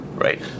right